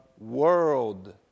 world